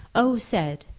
o. said,